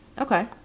okay